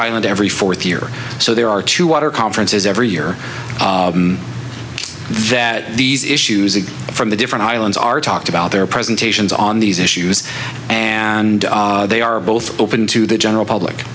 island every fourth year so there are two water conferences every year that these issues and from the different islands are talked about their presentations on these issues and they are both open to the general public